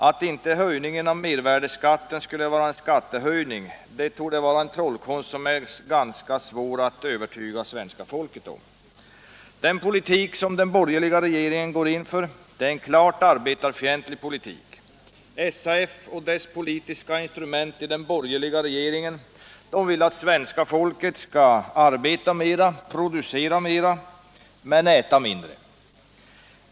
Att inte höjningen av mervärdeskatten skulle var en skattehöjning, torde vara en trollkonst som det är ganska svårt att övertyga svenska folket om. Den politik som den borgerliga regeringen går in för är klart arbetarfientlig. SAF och dess politiska instrument i den borgerliga regeringen vill att svenska folket skall arbeta mera, producera mera, men äta mindre.